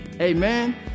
Amen